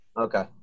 Okay